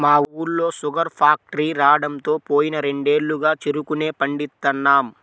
మా ఊళ్ళో sugar factory రాడంతో పోయిన రెండేళ్లుగా చెరుకునే పండిత్తన్నాం